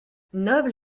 noble